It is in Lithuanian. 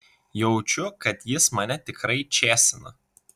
jaučiu kad jis mane tikrai čėsina